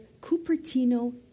Cupertino